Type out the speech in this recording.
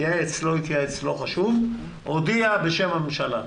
התייעץ, לא התייעץ, לא חשוב הודיע בשם הממשלה.